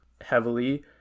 heavily